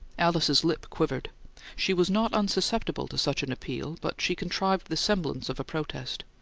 alice's lip quivered she was not unsusceptible to such an appeal, but she contrived the semblance of a protest.